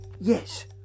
Yes